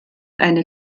eine